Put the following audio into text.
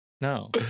No